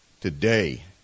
Today